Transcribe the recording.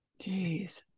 Jeez